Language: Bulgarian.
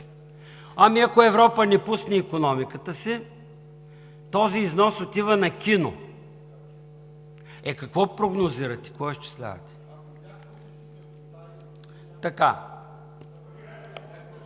Ами ако Европа не пусне икономиката си, този износ отива на кино! Е, какво прогнозирате, какво изчислявате?